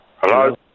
Hello